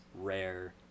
rare